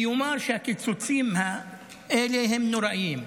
ויאמר שהקיצוצים האלה הם נוראיים.